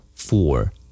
Four